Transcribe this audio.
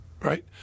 right